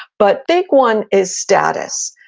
but big one is status.